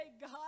God